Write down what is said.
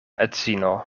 edzino